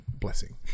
blessing